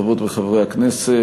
חברות וחברי הכנסת,